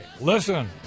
Listen